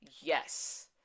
yes